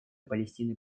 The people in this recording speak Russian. палестины